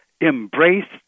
embrace